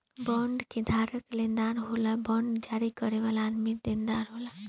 bond के धारक लेनदार होला आ बांड जारी करे वाला आदमी देनदार होला